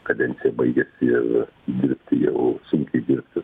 kadencija baigės ir dirbti jau sunkiai dirbti